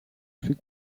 plus